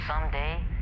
Someday